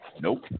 Nope